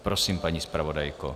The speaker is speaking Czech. Prosím, paní zpravodajko.